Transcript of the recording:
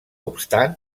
obstant